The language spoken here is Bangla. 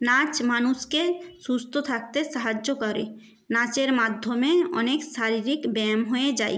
নাচ মানুষকে সুস্থ থাকতে সাহায্য করে নাচের মাধ্যমে অনেক শারীরিক ব্যায়াম হয়ে যায়